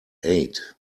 eight